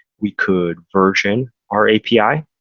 we could version our api.